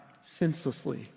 senselessly